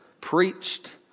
preached